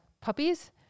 puppies